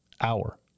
hour